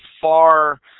far